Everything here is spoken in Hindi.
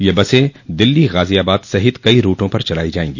ये बसें दिल्ली गाजियाबाद सहित कई रूटों पर चलाई जायेंगी